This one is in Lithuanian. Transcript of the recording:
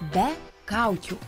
be kaukių